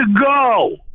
go